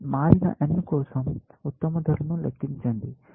మారిన n కోసం ఉత్తమ ధరను లెక్కించండి